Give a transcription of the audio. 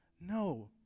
No